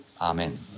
Amen